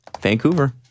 Vancouver